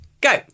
go